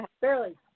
Barely